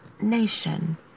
nation